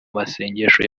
masengesho